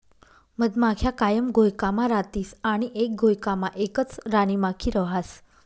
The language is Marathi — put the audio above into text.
मधमाख्या कायम घोयकामा रातीस आणि एक घोयकामा एकच राणीमाखी रहास